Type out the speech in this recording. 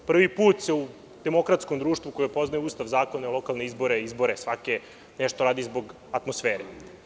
Prvi put se u demokratskom društvu koje Ustav, zakone, lokalne izbore, izbore svake, nešto radi zbog atmosfere.